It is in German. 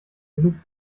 genug